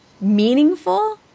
meaningful